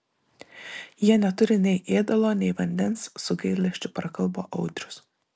jie neturi nei ėdalo nei vandens su gailesčiu prakalbo audrius